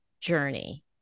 journey